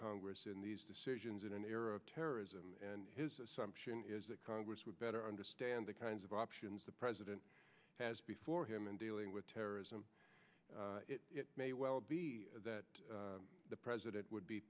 congress in these decisions in an era of terrorism and his assumption is that congress would better understand the kinds of options the president has before him in dealing with terrorism it may well be that the president would be